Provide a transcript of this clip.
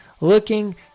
looking